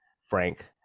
Frank